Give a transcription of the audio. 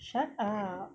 shut up